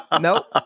Nope